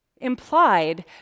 implied